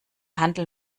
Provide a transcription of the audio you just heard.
handel